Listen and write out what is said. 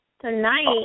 tonight